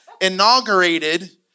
inaugurated